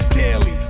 daily